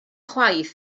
chwaith